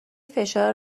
فشار